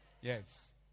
yes